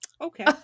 Okay